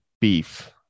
beef